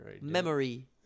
memory